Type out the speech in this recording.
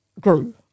grew